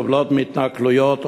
סובלים מהתנכלויות,